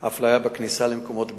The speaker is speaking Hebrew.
באפליה בכניסה למקומות בילוי.